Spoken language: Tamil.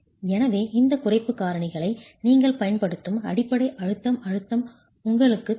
எனவே இந்த குறைப்பு காரணிகளை நீங்கள் பயன்படுத்தும் அடிப்படை அழுத்த அழுத்தம் உங்களுக்குத் தேவை